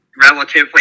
relatively